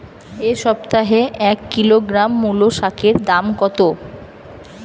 এ সপ্তাহে এক কিলোগ্রাম মুলো শাকের দাম কত?